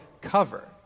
cover